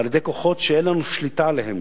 על-ידי כוחות שאין לנו שליטה עליהם.